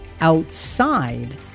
outside